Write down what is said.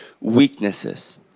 weaknesses